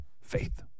faith